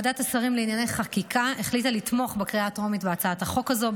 ועדת השרים לענייני חקיקה החליטה לתמוך בקריאה הטרומית בהצעת החוק הזו,